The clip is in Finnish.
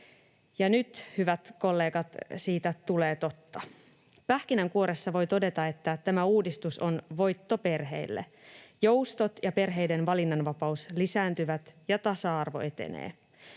Ja nyt, hyvät kollegat, siitä tulee totta. Pähkinänkuoressa voi todeta, että tämä uudistus on voitto perheille. Joustot ja perheiden valinnanvapaus lisääntyvät, ja tasa-arvo etenee.